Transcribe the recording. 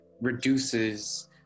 reduces